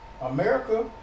america